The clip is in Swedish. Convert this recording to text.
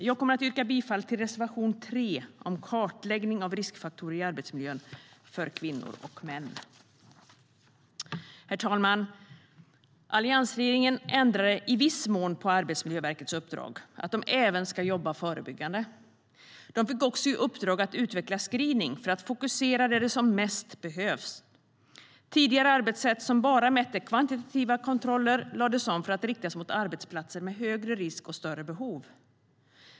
Jag yrkar bifall till reservation 3 om kartläggning av riskfaktorer i arbetsmiljön för kvinnor och män. Herr talman! Alliansregeringen ändrade i viss mån Arbetsmiljöverkets uppdrag, så att de även ska jobba förebyggande. De fick också i uppdrag att utveckla screening för att fokusera på var det behövs mest. Tidigare arbetssätt, som bara hade kvantitativa kontroller, lades om för att riktas mot arbetsplatser med högre risk och större behov.